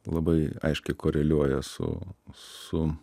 labai aiškiai koreliuoja su su